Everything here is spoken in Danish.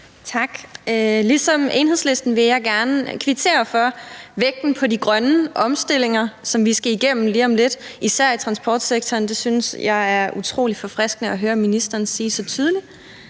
Tak. Ligesom Enhedslisten vil jeg gerne kvittere for vægten på de grønne omstillinger, som vi skal igennem lige om lidt, især i transportsektoren; det synes jeg er utrolig forfriskende at høre ministeren sige så tydeligt.